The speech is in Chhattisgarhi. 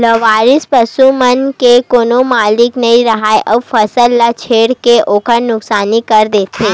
लवारिस पसू मन के कोनो मालिक नइ राहय अउ फसल ल चर के ओखर नुकसानी कर देथे